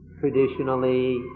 traditionally